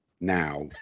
now